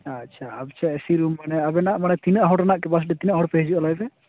ᱟᱪᱪᱷᱟ ᱟᱪᱪᱷᱟ A C room ᱢᱟᱱᱮ ᱟᱵᱮᱱᱟᱜ ᱢᱟᱱᱮ ᱛᱤᱱᱟᱹᱜ ᱦᱚᱲ ᱨᱮᱱᱟᱜ ᱠᱮᱯᱟᱥᱤᱴᱤ ᱛᱤᱱᱟᱹᱜ ᱦᱚᱲ ᱯᱮ ᱦᱤᱡᱩᱜᱼᱟ ᱞᱟᱹᱭ ᱯᱮ